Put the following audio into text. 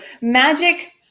magic